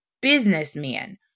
businessman